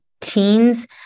teens